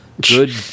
Good